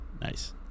Nice